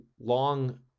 long